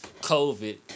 COVID